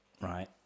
right